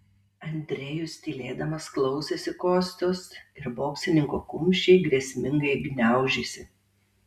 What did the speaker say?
andrejus tylėdamas klausėsi kostios ir boksininko kumščiai grėsmingai gniaužėsi